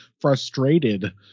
frustrated